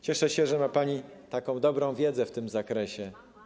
Cieszę się, że ma pani taką dużą wiedzę w tym zakresie.